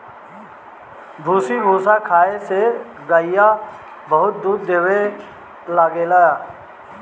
भूसी भूसा खाए से गईया बहुते दूध देवे लागेले